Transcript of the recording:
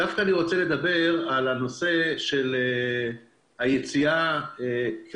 רוצה לדבר על הנושא של היציאה של המשק לעבודה.